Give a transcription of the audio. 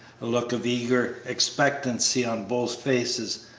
a look of eager expectancy on both faces,